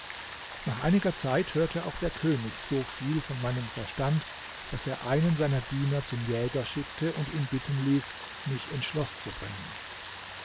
nach einiger zeit hörte auch der könig so viel von meinem verstand daß er einen seiner diener zum jäger schickte und ihn bitten ließ mich ins schloß zu bringen